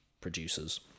producers